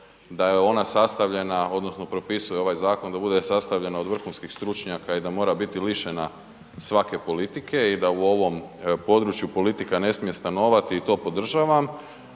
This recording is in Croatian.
da je ona sastavljena odnosno propisuje ovaj zakon da bude sastavljen od vrhunskih stručnjaka i da mora biti lišena svake politike i da u ovom području politika ne smije stanovati i to podržavam